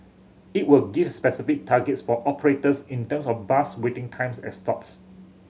it will give specific targets for operators in terms of bus waiting times at stops